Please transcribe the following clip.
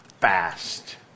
fast